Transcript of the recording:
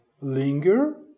Linger